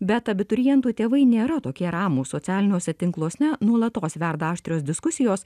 bet abiturientų tėvai nėra tokie ramūs socialiniuose tinkluose nuolatos verda aštrios diskusijos